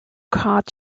card